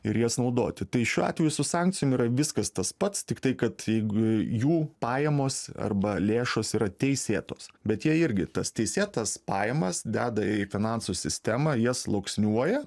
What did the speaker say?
ir jas naudoti tai šiuo atveju su sankcijom yra viskas tas pats tiktai kad jeigu jų pajamos arba lėšos yra teisėtos bet jie irgi tas teisėtas pajamas deda į finansų sistemą jas sluoksniuoja